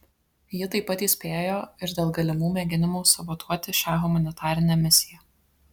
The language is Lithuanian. ji taip pat įspėjo ir dėl galimų mėginimų sabotuoti šią humanitarinę misiją